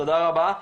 תודה רבה.